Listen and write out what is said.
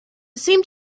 seemed